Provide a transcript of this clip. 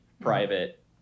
private